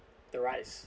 the rice